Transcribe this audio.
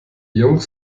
jungs